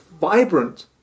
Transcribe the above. vibrant